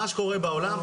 מה שקורה בעולם,